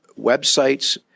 websites